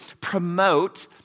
promote